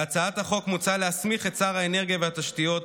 בהצעת החוק מוצע להסמיך את שר האנרגיה והתשתיות,